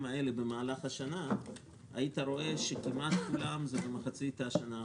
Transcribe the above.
האלה במהלך השנה היית רואה שכמעט כולם הם במחצית השנה האחרונה,